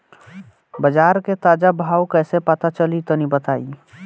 बाजार के ताजा भाव कैसे पता चली तनी बताई?